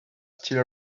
still